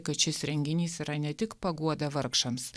kad šis renginys yra ne tik paguoda vargšams